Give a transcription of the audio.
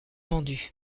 vendus